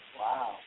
Wow